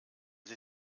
sie